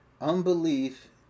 unbelief